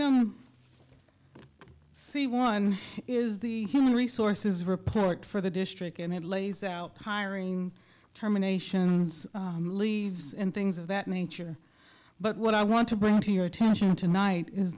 don't see one is the human resources report for the district and it lays out hiring terminations leaves and things of that nature but what i want to bring to your attention tonight is